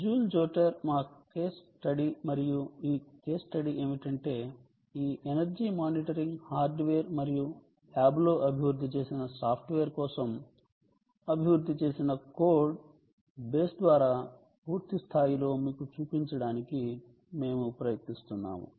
joule Jotter మా case study మరియు ఈ కేస్ స్టడీ ఏమిటంటే ఈ ఎనర్జీ మానిటరింగ్ హార్డ్వేర్ మరియు ల్యాబ్లో అభివృద్ధి చేసిన సాఫ్ట్వేర్ కోసం అభివృద్ధి చేసిన కోడ్ బేస్ ద్వారా పూర్తిస్థాయిలో మీకు చూపించడానికి మేము ప్రయత్నిస్తున్నాము